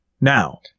now